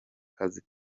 kazi